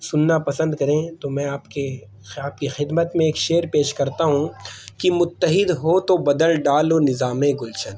سننا پسند کریں تو میں آپ کے آپ کی خدمت میں ایک شعر پیش کرتا ہوں کہ متحد ہو تو بدل ڈالو نظام گلشن